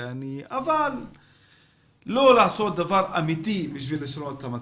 אבל לא לעשות דבר אמיתי בשביל לשנות המצב.